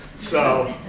so